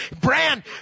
Brand